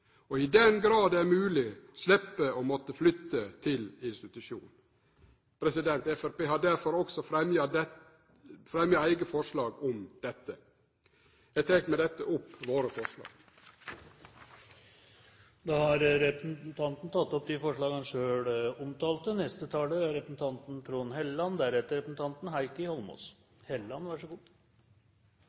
og i den grad det er mogleg, sleppe å måtte flytte til institusjon. Framstegspartiet har derfor også fremma eit eige forslag om dette. Eg tek med dette opp våre forslag. Representanten Åge Starheim har tatt opp de forslag han refererte til. Jeg skal være kort. Representanten Håkon Haugli har tatt opp flertallets innstilling, men det er